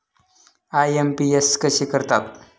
IMPS कसे करतात?